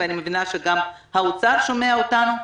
ואני מבינה שגם האוצר שומע אותנו,